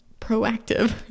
proactive